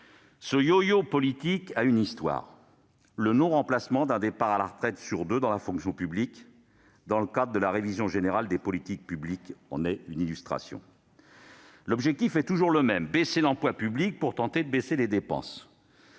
Ce yo-yo politique a une histoire. Le non-remplacement d'un départ à la retraite sur deux dans la fonction publique dans le cadre de la révision générale des politiques publiques en est une illustration. L'objectif est toujours le même : faire baisser l'emploi public pour tenter de faire baisser les dépenses,